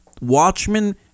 watchmen